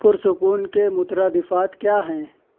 پرسکون کے مترادفات کیا ہیں